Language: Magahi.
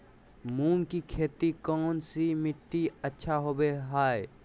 मूंग की खेती कौन सी मिट्टी अच्छा होबो हाय?